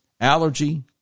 allergy